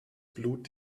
blut